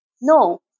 No